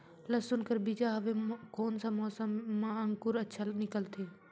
लसुन कर बीजा हवे कोन सा मौसम मां अंकुर अच्छा निकलथे?